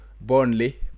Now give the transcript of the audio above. Burnley